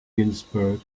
ginsberg